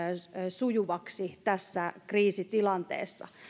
sujuvaksi tässä kriisitilanteessa